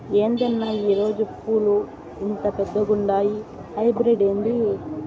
ఏందన్నా ఈ రోజా పూలు ఇంత పెద్దగుండాయి హైబ్రిడ్ ఏంది